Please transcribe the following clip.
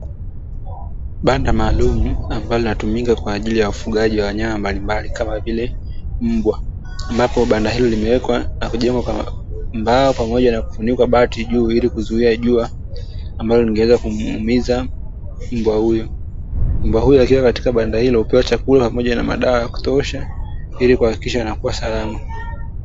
Banda maalumu ambalo linatumika kwa ajili ya ufagaji wa wanyama mbalimbali kama vile mbwa. Ambapo banda hilo limewekwa na kujengwa kwa mbao pamoja na kufunukwa bati juu, ili kuzuia jua ambalo lingeweza kumuumiza mbwa huyu. Mbwa huyu akiwa katika banda hilo hupewa chakula pamoja na madawa ya kutosha ili kuhakikisha anakuwa salama.